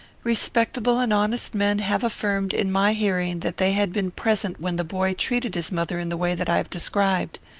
respectable and honest men have affirmed, in my hearing, that they had been present when the boy treated his mother in the way that i have described.